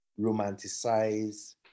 romanticize